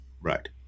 Right